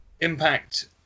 Impact